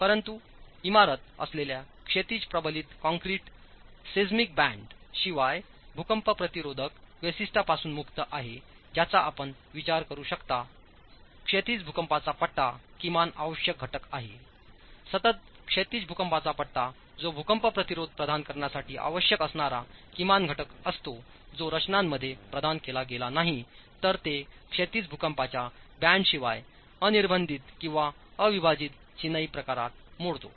परंतु इमारत असलेल्याक्षैतिज प्रबलित कंक्रीट सेझमायकबँड शिवायभूकंप प्रतिरोधक वैशिष्ट्यापासून मुक्त आहे ज्याचा आपण विचार करू शकता क्षैतिज भूकंपाचा पट्टा किमान आवश्यक घटक आहेसतत क्षैतिज भूकंपाचा पट्टा जोभूकंप प्रतिरोध प्रदान करण्यासाठी आवश्यक असणाराकिमान घटक असतो जोरचनामध्ये प्रदान केला गेला नाही तर तेक्षैतिज भूकंपाच्याबँडशिवाय अनिर्बंधित किंवा अविभाजित चिनाई प्रकारात मोडतो